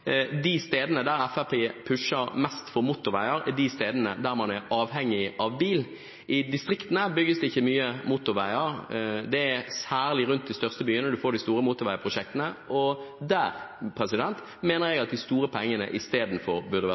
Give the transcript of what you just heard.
de stedene der Fremskrittspartiet pusher mest på for motorveier, er de stedene der man er avhengig av bil. I distriktene bygges det ikke mange motorveier. Det er særlig rundt de største byene man får de store motorveiprosjektene, og der mener jeg at de store pengene istedenfor burde